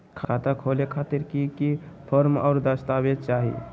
खाता खोले खातिर की की फॉर्म और दस्तावेज चाही?